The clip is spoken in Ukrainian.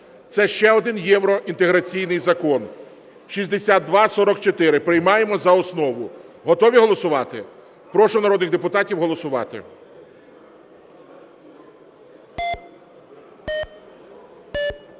Це ще один євроінтеграційний Закон 6244. Приймаємо за основу. Готові голосувати? Прошу народних депутатів голосувати.